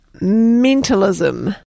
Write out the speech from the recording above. mentalism